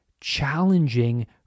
challenging